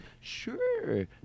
Sure